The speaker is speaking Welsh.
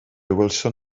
welsom